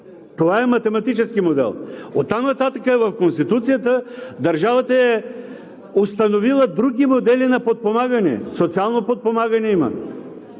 Това е математически модел. Оттам нататък в Конституцията държавата е установила други модели на подпомагане. Социално подпомагане има,